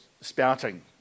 spouting